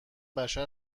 بشر